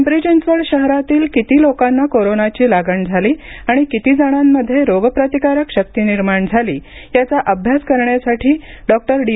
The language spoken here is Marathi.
पिंपरी चिंचवड शहरातील किती लोकांना कोरोनाची लागण झाली आणि किती जणांमध्ये रोगप्रतिकारक शक्ती निर्माण झाली याचा अभ्यास करण्यासाठी डॉक्टर डी